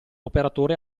operatore